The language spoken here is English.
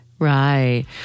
Right